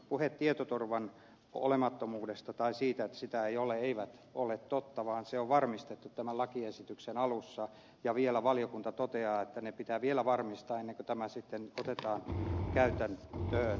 puheet tietoturvan olemattomuudesta tai siitä että sitä ei ole eivät ole totta vaan se on varmistettu tämän lakiesityksen alussa ja vielä valiokunta toteaa että se pitää vielä varmistaa ennen kuin tämä sitten otetaan käytäntöön